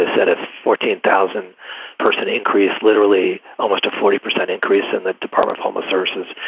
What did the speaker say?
ah sort of fourteen thousand person increase, literally almost a forty percent increase in that department. homeless services,